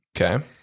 Okay